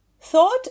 thought